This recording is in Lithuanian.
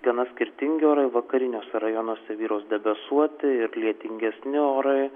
gana skirtingi orai vakariniuose rajonuose vyraus debesuoti ir lietingesni orai